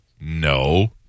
no